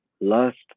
Lust